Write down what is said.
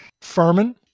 Furman